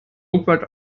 rückwärts